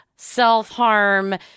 self-harm